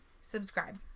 subscribe